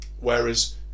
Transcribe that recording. Whereas